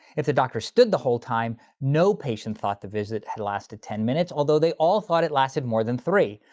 if the doctor stood the whole time, no patient thought the visit had lasted ten minutes, although they all thought it lasted more than three,